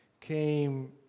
came